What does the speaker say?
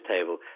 table